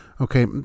Okay